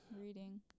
reading